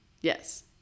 Yes